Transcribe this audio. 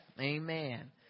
Amen